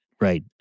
Right